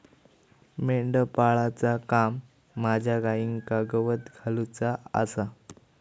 मेंढपाळाचा काम माझ्या गाईंका गवत घालुचा आसा